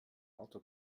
auto